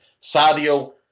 Sadio